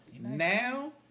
Now